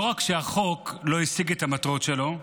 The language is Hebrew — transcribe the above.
לא רק שהחוק לא השיג את המטרות שלו,